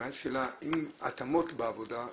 אם הייתה שאלה עם התאמות בעבודה,